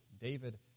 David